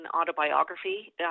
autobiography